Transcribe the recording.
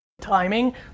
timing